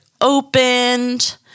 opened